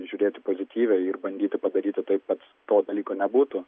žiūrėti pozityviai ir bandyti padaryti taip kad to dalyko nebūtų